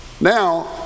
Now